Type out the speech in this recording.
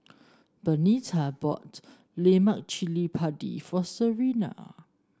Bernita bought Lemak Cili Padi for Serina